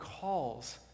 calls